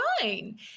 fine